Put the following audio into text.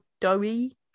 doughy